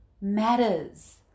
matters